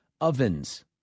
Ovens